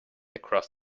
across